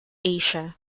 asia